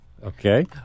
Okay